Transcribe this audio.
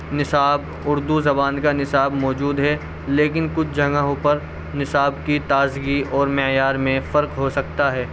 نصاب اردو زبان کا نصاب موجود ہے لیکن کچھ جگہوں پر نصاب کی تازگی اور معیار میں فرق ہو سکتا ہے